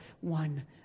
one